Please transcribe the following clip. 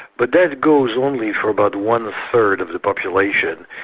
but that goes only for about one third of the population,